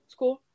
School